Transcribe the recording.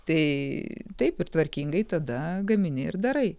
tai taip ir tvarkingai tada gamini ir darai